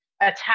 attack